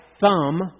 thumb